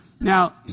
now